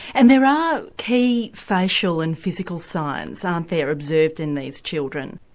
and there are key facial and physical signs, aren't there, observed in these children.